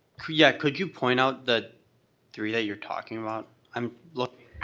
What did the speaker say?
could yeah could you point out the three that you're talking about? i'm looking.